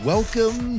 Welcome